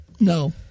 No